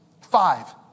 five